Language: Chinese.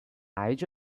癌症